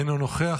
אינו נוכח.